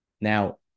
Now